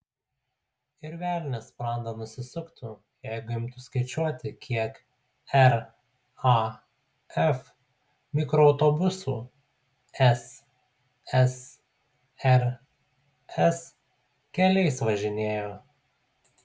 ir velnias sprandą nusisuktų jeigu imtų skaičiuoti kiek raf mikroautobusų ssrs keliais važinėjo